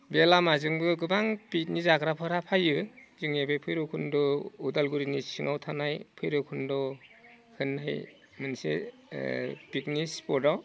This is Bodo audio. बे लामाजोंबो गोबां पिकनिक जाग्राफोरा फायो जोंनि बे भैराबकुन्द उदालगुरिनि सिङाव थानाय भैराबकुन्द होनहै मोनसे पिकनिक स्पटआव